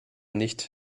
nicht